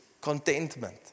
Contentment